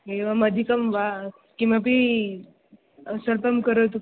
एवम् अधिकं वा किमपि स्वल्पं करोतु